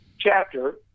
chapter